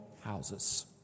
houses